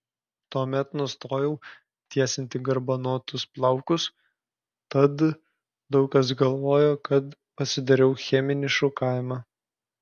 tuomet nustojau tiesinti garbanotus plaukus tad daug kas galvojo kad pasidariau cheminį šukavimą